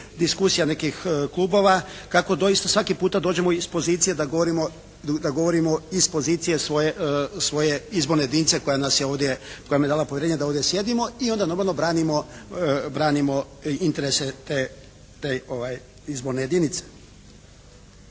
diskusija nekih klubova kako doista svaki puta dođemo iz pozicije da govorimo iz pozicije svoje izborne jedinice koja nam je dala povjerenje da ovdje sjedimo i onda normalno branimo interese te izborne jedinice.